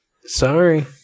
Sorry